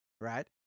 Right